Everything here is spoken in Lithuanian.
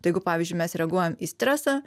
tai jeigu pavyzdžiui mes reaguojam į stresą